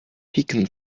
pecan